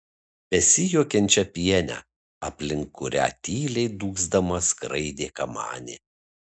besijuokiančią pienę aplink kurią tyliai dūgzdama skraidė kamanė